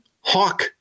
Hawk